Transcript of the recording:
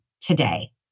today